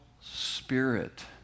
spirit